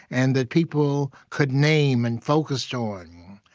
and that people could name and focus yeah on.